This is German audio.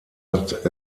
hat